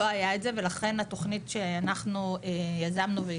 לא היה את זה ולכן התוכנית שאנחנו יזמנו והיא